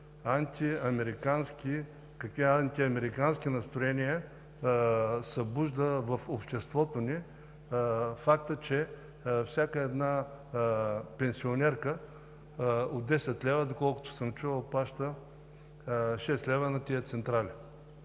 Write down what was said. какви антиамерикански настроения събужда в обществото ни фактът, че всяка една пенсионерка от 10 лв., доколкото съм чувал, плаща 6 лв. на тези централи?